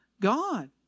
God